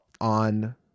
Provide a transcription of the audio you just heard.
on